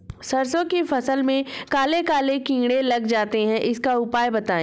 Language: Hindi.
सरसो की फसल में काले काले कीड़े लग जाते इसका उपाय बताएं?